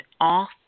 off